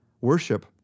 Worship